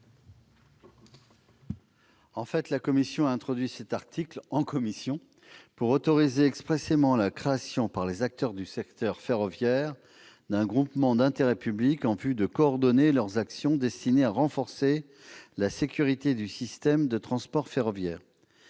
? La commission a introduit cet article dans le présent texte pour autoriser expressément la création, par les acteurs du secteur ferroviaire, d'un groupement d'intérêt public, ou GIP, en vue de coordonner leurs actions destinées à renforcer la sécurité du système de transport ferroviaire.